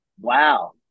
wow